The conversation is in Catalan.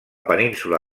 península